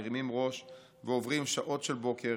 מרימים ראש ועוברים שעות של בוקר,